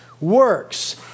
works